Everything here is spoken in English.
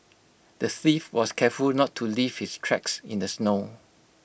the thief was careful not to leave his tracks in the snow